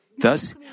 Thus